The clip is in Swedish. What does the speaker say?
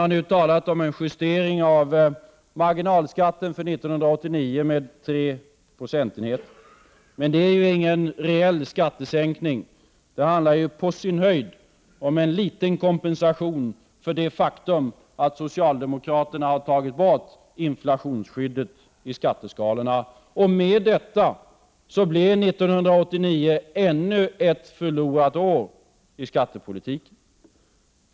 Det har talats om en justering av marginalskatten för 1989 med tre procentenheter, men det är ingen reell skattesänkning, det handlar på sin höjd om en liten kompensation för det faktum att socialdemokraterna har tagit bort inflationsskyddet i skatteskalorna. Med detta blir 1989 ännu ett förlorat år i skattepolitiken.